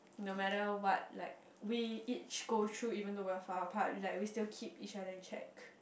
no matter what like we each go through even though we are far apart like we still keep each other in check